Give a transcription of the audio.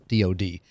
DOD